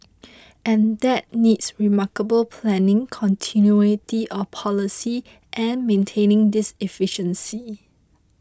and that needs remarkable planning continuity of policy and maintaining this efficiency